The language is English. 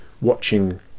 watching